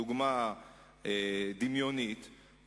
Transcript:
דוגמה דמיונית,